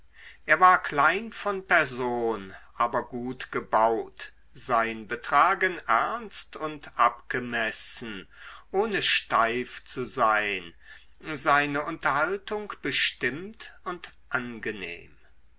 er war klein von person aber gut gebaut sein betragen ernst und abgemessen ohne steif zu sein seine unterhaltung bestimmt und angenehm